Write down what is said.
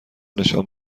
نشان